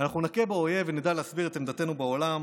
אנחנו נכה באויב ונדע להסביר את עמדתנו בעולם,